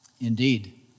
Indeed